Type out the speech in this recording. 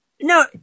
No